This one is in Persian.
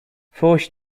فحش